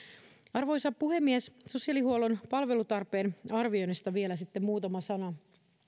arvoisa puhemies sosiaalihuollon palvelutarpeen arvioinnista sitten vielä muutama sana